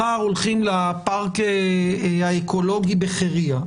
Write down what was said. מחר הולכים לפארק האקולוגי בחירייה,